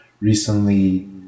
recently